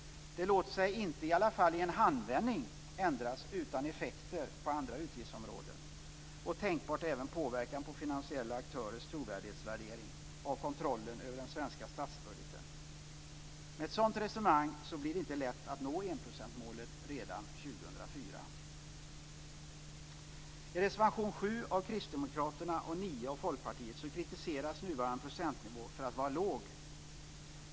Det låter sig i alla fall inte i en handvändning ändras utan effekter på andra utgiftsområden och, tänkbart, också på finansiella aktörers trovärdighetsvärdering av kontrollen över den svenska statsbudgeten. Med ett sådant resonemang blir det inte lätt att nå enprocentsmålet redan år 2004. Folkpartiet kritiseras nuvarande procentnivå för att vara låg.